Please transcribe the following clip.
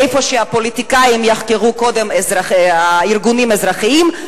איפה שהפוליטיקאים יחקרו קודם ארגונים אזרחיים,